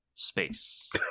space